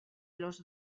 los